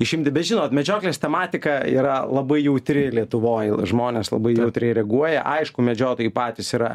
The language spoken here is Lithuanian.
išimti bet žinot medžioklės tematika yra labai jautri lietuvoj žmonės labai jautriai reaguoja aišku medžiotojai patys yra